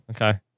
Okay